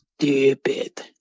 stupid